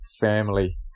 family